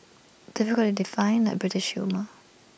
difficult to define like British humour